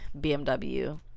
BMW